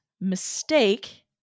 mistake